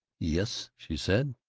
yes? she said.